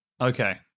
Okay